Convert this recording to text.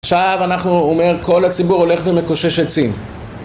עכשיו אנחנו, הוא אומר כל הציבור הולך ומקושש עצים